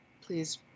Please